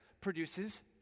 produces